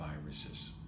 viruses